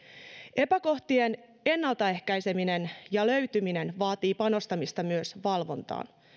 epäkohtien ennaltaehkäiseminen ja löytyminen vaatii panostamista myös valvontaan